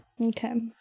Okay